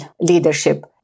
leadership